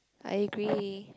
I agree